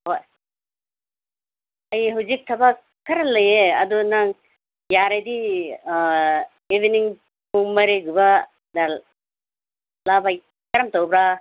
ꯍꯣꯏ ꯑꯩ ꯍꯧꯖꯤꯛ ꯊꯕꯛ ꯈꯔ ꯂꯩꯌꯦ ꯑꯗꯣ ꯅꯪ ꯌꯥꯔꯗꯤ ꯏꯚꯤꯅꯤꯡ ꯄꯨꯡ ꯃꯔꯤꯒꯨꯝꯕꯗ ꯂꯥꯛꯄ ꯀꯔꯝ ꯇꯧꯕ꯭ꯔꯥ